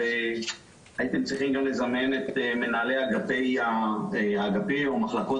הייתם צריכים גם לזמן את מנהלי אגפי או מחלקות